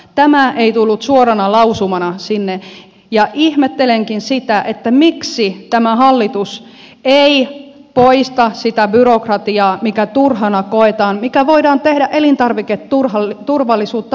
tämä ei tullut suorana lausumana sinne ja ihmettelenkin sitä miksi tämä hallitus ei poista sitä byrokratiaa mikä turhana koetaan mikä voidaan tehdä elintarviketurvallisuutta vaarantamatta